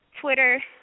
Twitter